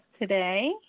today